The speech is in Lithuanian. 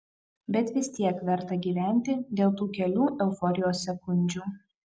bet vis tiek verta gyventi dėl tų kelių euforijos sekundžių